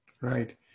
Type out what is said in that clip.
Right